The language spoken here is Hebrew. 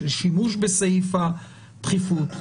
של שימוש בסעיף הדחיפות,